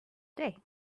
day